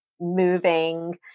moving